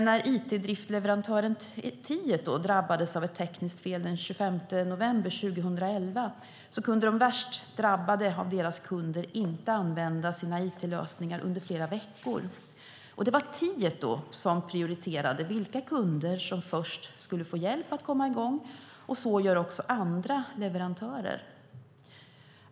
När it-driftleverantören Tieto drabbades av ett tekniskt fel den 25 november 2011 kunde de värst drabbade av deras kunder inte använda sina it-lösningar under flera veckor. Det var Tieto som gjorde prioriteringen vilka kunder som först skulle få hjälp att komma i gång, och så gör också andra leverantörer.